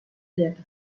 lletra